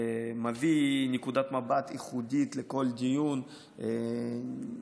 מביא נקודת מבט ייחודית לכל דיון ולכל סוגיה,